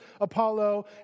Apollo